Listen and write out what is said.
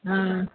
हां